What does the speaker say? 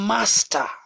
Master